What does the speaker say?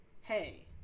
Hey